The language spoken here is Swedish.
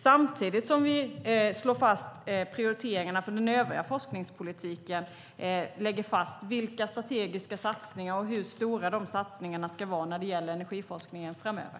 Samtidigt som vi slår fast prioriteringarna för den övriga forskningspolitiken lägger vi fast vilka strategiska satsningar som ska göras och hur stora de satsningarna ska vara när det gäller energiforskningen framöver.